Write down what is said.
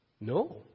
No